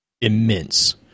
immense